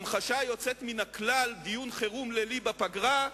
המחשה יוצאת מן הכלל, בדיון חירום לילי בפגרה,